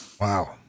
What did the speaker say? Wow